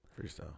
Freestyle